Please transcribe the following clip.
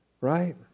Right